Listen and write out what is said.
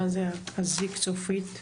מה זה הזיק צופית?